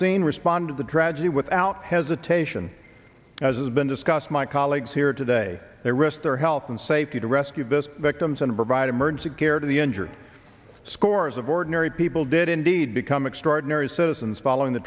scene respond to the tragedy without hesitation as has been discussed my colleagues here today they risk their health and safety to rescue this victims and provide emergency care to the injured scores of ordinary people did indeed become extraordinary citizens following the